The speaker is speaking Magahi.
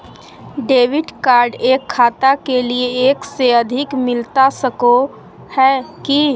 डेबिट कार्ड एक खाता के लिए एक से अधिक मिलता सको है की?